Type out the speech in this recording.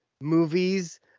movies